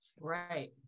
Right